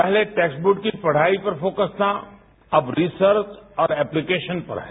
पहले टेस्टबुक की पढ़ाई पर फोकस था अब रिसर्च और ऐप्लीकेशन पर है